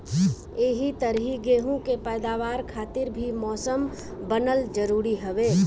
एही तरही गेंहू के पैदावार खातिर भी मौसम बनल जरुरी हवे